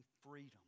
freedom